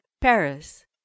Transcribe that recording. Paris